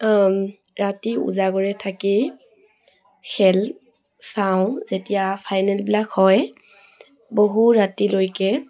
ৰাতি ওজাগৰে থাকি খেল চাওঁ যেতিয়া ফাইনেল বিলাক হয় বহু ৰাতিলৈকে